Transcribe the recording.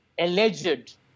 alleged